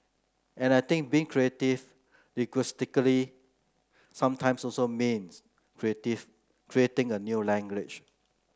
and I think being creative linguistically sometimes also means creative creating a new language